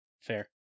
Fair